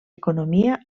economia